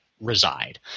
reside